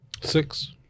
Six